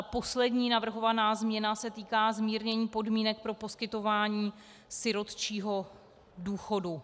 Poslední navrhovaná změna se týká zmírnění podmínek pro poskytování sirotčího důchodu.